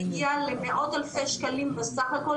היא מגיעה למאות אלפי שקלים בסך הכל,